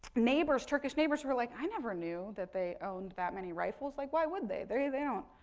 neighbors, turkish neighbors were like i never knew that they owned that many rifles. like, why would they? they're, they don't,